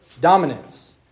dominance